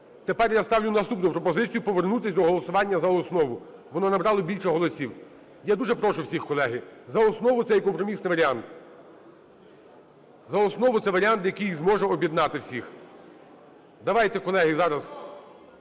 тепер я ставлю наступну пропозицію – повернутися до голосування за основу, воно набрало більше голосів. Я дуже прошу всіх, колеги, за основу – це є компромісний варіант, за основу – це варіант, який зможе об'єднати всіх. Давайте, колеги, зараз